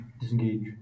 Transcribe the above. Disengage